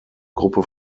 gruppe